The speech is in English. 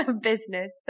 business